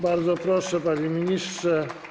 Bardzo proszę, panie ministrze.